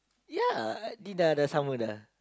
ya I ini dah dah sama dah